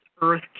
earth